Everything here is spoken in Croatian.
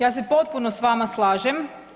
Ja se potpuno s vama slažem.